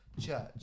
church